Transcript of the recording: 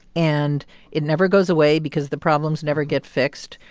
and it never goes away because the problems never get fixed.